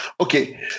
Okay